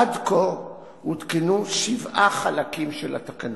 עד כה הותקנו שבעה חלקים של התקנות: